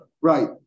Right